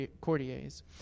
courtiers